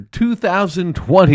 2020